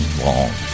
long